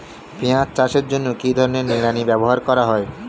পিঁয়াজ চাষের জন্য কি ধরনের নিড়ানি ব্যবহার করা হয়?